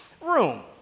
room